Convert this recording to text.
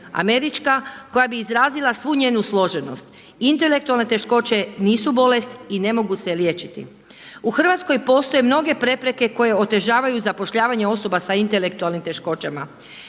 američka koja bi izrazila svu njezinu složenost. Intelektualne teškoće nisu bolest i ne mogu se liječiti. U Hrvatskoj postoje mnoge prepreke koje otežavaju zapošljavanje osoba sa intelektualnim teškoćama.